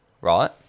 right